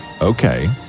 Okay